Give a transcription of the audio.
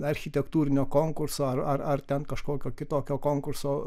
architektūrinio konkurso ar ar ten kažkokio kitokio konkurso